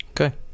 Okay